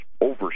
over